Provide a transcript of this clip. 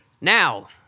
Now